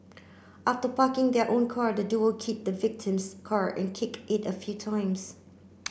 after parking their own car the duo keyed the victim's car and kicked it a few times